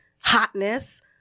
hotness